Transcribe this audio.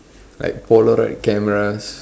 like polaroid camera